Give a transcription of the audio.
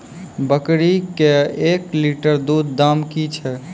बकरी के एक लिटर दूध दाम कि छ?